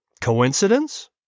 Coincidence